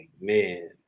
man